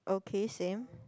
okay same